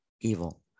evil